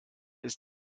ist